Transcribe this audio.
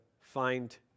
find